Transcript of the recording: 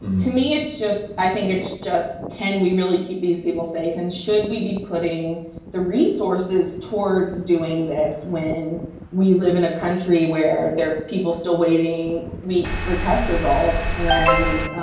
to me, it's just i think it's just. can we really keep these people safe and should we be putting the resources towards doing this when we live in a country where there are people still waiting weeks for test results? and,